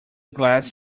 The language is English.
glass